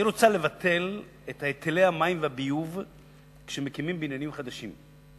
היא רוצה לבטל את היטלי המים והביוב כשמקימים בניינים חדשים,